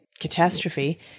catastrophe